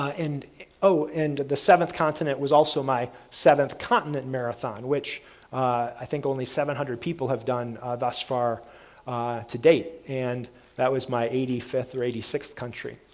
and and the seventh continent was also my seventh continent marathon, which i think only seven hundred people have done thus far to date, and that was my eighty fifth or eighty sixth country.